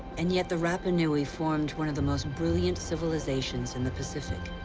and yet the rapanui formed one of the most brilliant civilizations in the pacific.